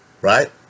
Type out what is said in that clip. Right